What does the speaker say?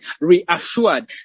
reassured